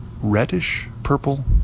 reddish-purple